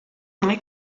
mai